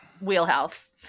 wheelhouse